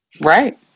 right